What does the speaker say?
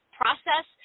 process